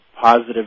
positive